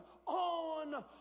On